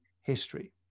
history